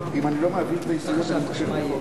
נתקבלו.